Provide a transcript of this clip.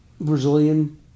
Brazilian